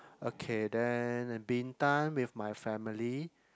okay then and Bintan with my family